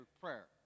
prayer